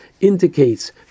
indicates